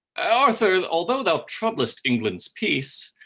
ah arthur, although thou troublest england's peace,